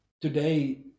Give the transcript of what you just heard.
today